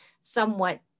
somewhat